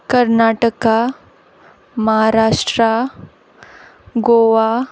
Karnataka Maharashtra Goa